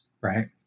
right